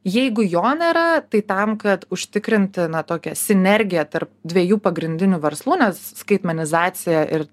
jeigu jo nėra tai tam kad užtikrinti na tokią sinergiją tarp dviejų pagrindinių verslų nes skaitmenizacija ir